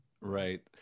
Right